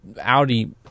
Audi